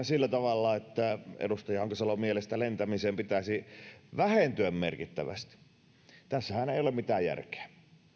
sillä tavalla että edustaja honkasalon mielestä lentämisen pitäisi vähentyä merkittävästi tässähän ei ole mitään järkeä